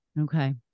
Okay